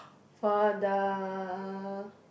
for the